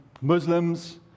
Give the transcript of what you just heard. Muslims